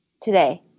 today